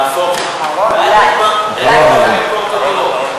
נהפוך הוא.